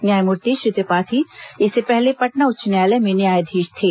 न्यायमूर्ति श्री त्रिपाठी इससे पहले पटना उच्च न्यायालय में न्यायाधीश थे